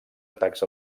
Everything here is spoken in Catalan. atacs